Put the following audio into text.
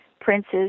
princes